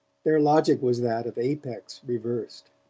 their logic was that of apex reversed.